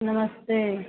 नमस्ते